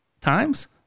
times